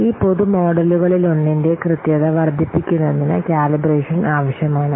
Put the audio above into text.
ഈ പൊതു മോഡലുകളിലൊന്നിന്റെ കൃത്യത വർദ്ധിപ്പിക്കുന്നതിന് കാലിബ്രേഷൻ ആവശ്യമാണ്